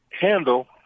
handle